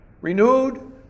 Renewed